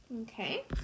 okay